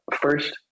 first